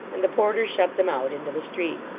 and the porter shut them out into the street.